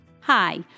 Hi